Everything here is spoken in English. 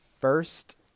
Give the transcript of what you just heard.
First